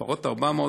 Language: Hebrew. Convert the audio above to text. לפחות 400,